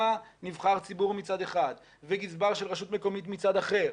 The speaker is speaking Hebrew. נבחר ציבור מצד אחד וגזבר של רשות מקומית מצד אחר,